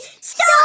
Stop